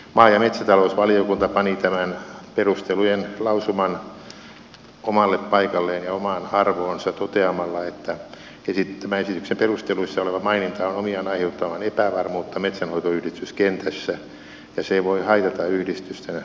maa ja metsätalousvaliokunta pani tämän perustelujen lausuman omalle paikalleen ja omaan arvoonsa toteamalla että tämä esityksen perusteluissa oleva maininta on omiaan aiheuttamaan epävarmuutta metsänhoitoyhdistyskentässä ja se voi haitata yhdistysten toiminnan kehittämistä